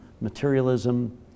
materialism